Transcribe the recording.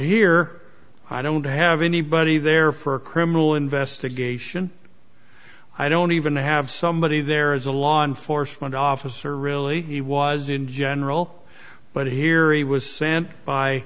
here i don't have anybody there for a criminal investigation i don't even have somebody there is a law enforcement officer really he was in general but here he was sent by